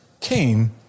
came